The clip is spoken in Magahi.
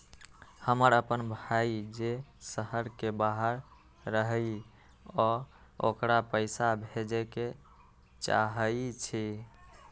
हमर अपन भाई जे शहर के बाहर रहई अ ओकरा पइसा भेजे के चाहई छी